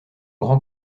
grand